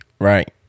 Right